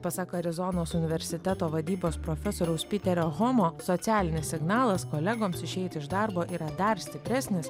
pasak arizonos universiteto vadybos profesoriaus piterio homo socialinis signalas kolegoms išeiti iš darbo yra dar stipresnis